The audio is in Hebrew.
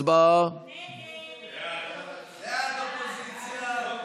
מיקי לוי, ע'דיר כמאל מריח,